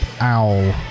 owl